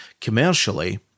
commercially